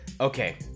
Okay